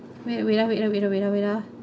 wait wait wait ah wait ah wait ah wait ah